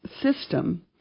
system